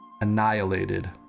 annihilated